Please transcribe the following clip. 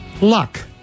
luck